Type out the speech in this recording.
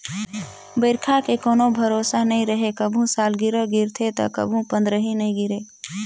बइरखा के कोनो भरोसा नइ रहें, कभू सालगिरह गिरथे त कभू पंदरही नइ गिरे